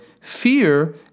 fear